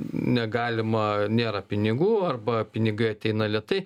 negalima nėra pinigų arba pinigai ateina lėtai